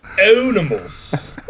animals